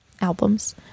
albums